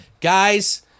Guys